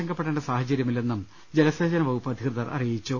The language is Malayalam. ങ്കപ്പെടേണ്ട സാഹചര്യമില്ലെന്നും ജലസേചന വകുപ്പ് അധികൃതർ അറിയിച്ചു